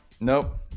Nope